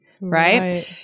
Right